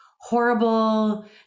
horrible